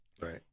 Right